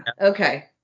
Okay